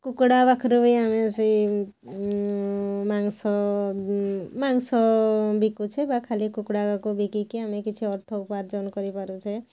କୁକୁଡ଼ା ପାଖରୁ ବି ଆମେ ସେଇ ମାଂସ ମାଂସ ବିକୁଛେ ବା ଖାଲି କୁକୁଡ଼ାଗାକୁ ବିକିକି ଆମେ କିଛି ଅର୍ଥ ଉପାର୍ଜନ କରିପାରୁଛେ